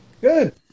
good